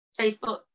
Facebook